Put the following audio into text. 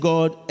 God